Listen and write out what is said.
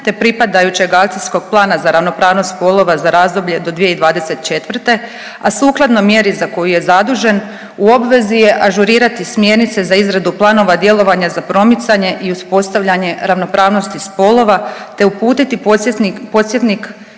te pripadajućeg Akcijskog plana za ravnopravnost spolova za razdoblje do 2024., a sukladno mjeri za koju je zadužen u obvezi je ažurirati smjernice za izradu planova djelovanja za promicanje i uspostavljanje ravnopravnosti spolova, te uputiti podsjetnik,